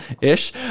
ish